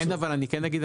אבל אני כן אגיד,